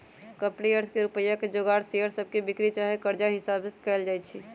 company अर्थ में रुपइया के जोगार शेयर सभके बिक्री चाहे कर्जा हिशाबे कएल जाइ छइ